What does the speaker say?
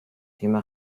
thema